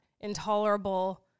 intolerable